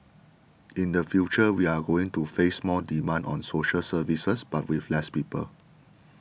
in the future we are going to face more demand on social services but with less people